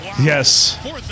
Yes